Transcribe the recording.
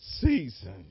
season